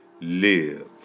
live